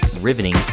Riveting